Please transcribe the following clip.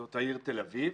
זאת העיר תל אביב.